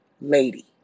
lady